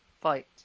fight